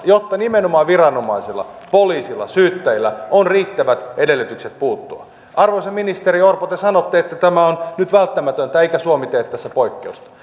jotta nimenomaan viranomaisilla poliisilla syyttäjällä olisi riittävät edellytykset puuttua arvoisa ministeri orpo te sanotte että tämä on nyt välttämätöntä eikä suomi tee tässä poikkeusta